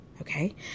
Okay